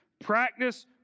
practice